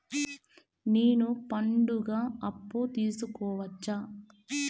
నేను పండుగ అప్పు తీసుకోవచ్చా?